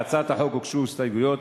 להצעת החוק הוגשו הסתייגויות.